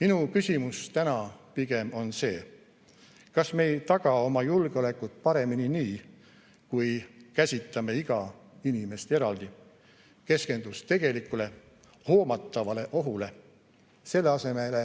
Minu küsimus täna on pigem see, kas me ei taga oma julgeolekut paremini nii, kui käsitame iga inimest eraldi, keskendudes tegelikule, hoomatavale ohule, selle asemel